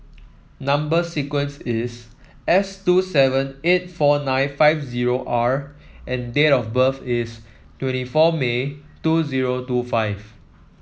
number sequence is S two seven eight four nine five zero R and date of birth is twenty four May two zero two five